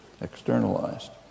externalized